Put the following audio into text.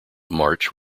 march